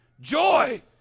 joy